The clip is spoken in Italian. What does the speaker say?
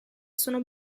sono